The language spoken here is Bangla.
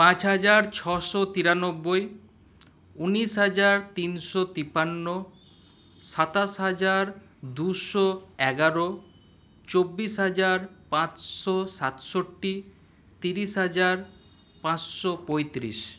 পাঁচ হাজার ছশো তিরানব্বই উনিশ হাজার তিনশো তিপান্ন সাতাশ হাজার দুশো এগারো চব্বিশ হাজার পাঁচশো সাতষট্টি তিরিশ হাজার পাঁচশো পঁয়তিরিশ